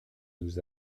nous